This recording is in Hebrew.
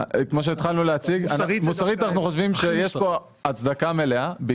אנחנו חושבים שיש פה הצדקה מלאה,